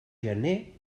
gener